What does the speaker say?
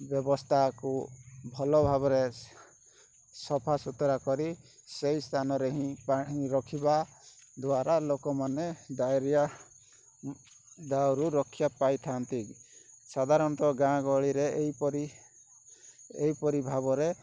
ବ୍ୟବସ୍ଥାକୁ ଭଲ ଭାବରେ ସଫା ସୁତୁରା କରି ସେଇ ସ୍ଥାନରେ ହିଁ ପାଣି ରଖିବା ଦ୍ଵାରା ଲୋକମାନେ ଡ଼ାଇରିଆ ଦାଉରୁ ରକ୍ଷା ପାଇଥାନ୍ତି ସାଧାରଣତଃ ଗାଁ ଗହଳିରେ ଏହିପରି ଏହିପରି ଭାବରେ